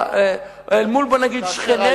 אל מול, בוא נגיד, שכנינו.